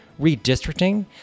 redistricting